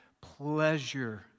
pleasure